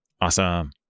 Awesome